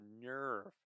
nerve